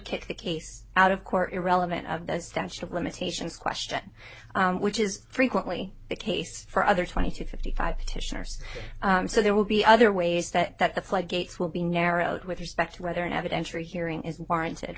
kick the case out of court irrelevant of the statute of limitations question which is frequently the case for other twenty to fifty five petitioners so there will be other ways that that the floodgates will be narrowed with respect to whether an evidentiary hearing is warranted